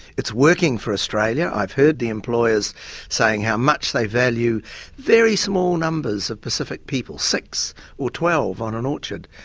it's working for australia, i've heard the employers saying how much they value very small numbers of pacific people, six or twelve, on an orchard.